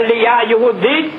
והשנייה.